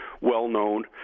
well-known